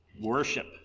worship